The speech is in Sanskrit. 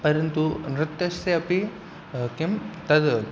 परन्तु नृत्यस्य अपि किं तद्